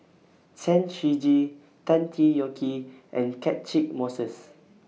Chen Shiji Tan Tee Yoke and Catchick Moses